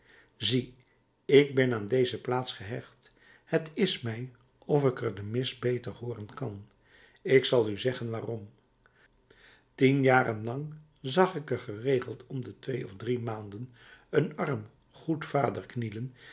zie ik ben aan deze plaats gehecht het is mij of ik er de mis beter hooren kan ik zal u zeggen waarom tien jaren lang zag ik er geregeld om de twee of drie maanden een arm goed vader knielen